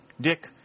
Dick